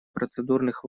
процедурных